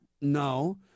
No